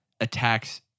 attacks